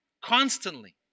Constantly